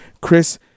Chris